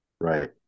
Right